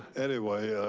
anyway,